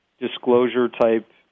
disclosure-type